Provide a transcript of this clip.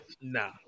nah